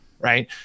right